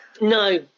no